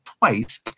twice